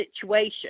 situation